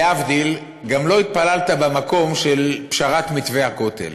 להבדיל, גם לא התפללת במקום של פשרת מתווה הכותל.